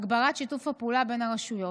הגברת שיתוף הפעולה בין הרשויות.